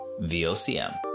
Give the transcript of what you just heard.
VOCM